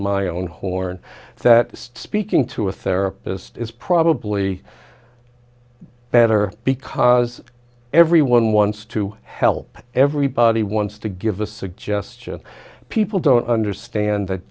my own horn that speaking to a therapist is probably better because everyone wants to help everybody wants to give the suggestion people don't understand that